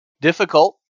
Difficult